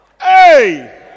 Hey